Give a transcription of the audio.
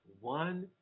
one